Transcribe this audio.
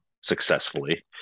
successfully